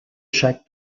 chaque